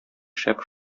шәп